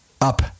up